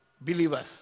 believer